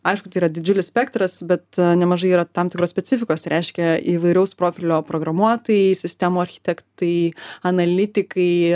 aišku tai yra didžiulis spektras bet nemažai yra tam tikros specifikos tai reiškia įvairaus profilio programuotojai sistemų architektai analitikai